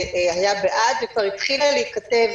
היה בעד וכבר התחילה להיכתב